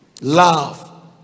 love